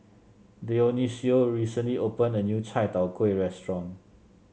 Dionicio recently opened a new Chai Tow Kway Restaurant